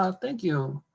ah thank you.